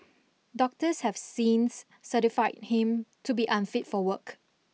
doctors have since certified him to be unfit for work